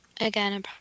Again